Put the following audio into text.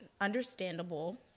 understandable